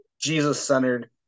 Jesus-centered